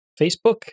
Facebook